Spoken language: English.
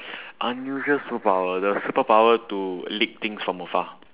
unusual superpower the superpower to lick things from afar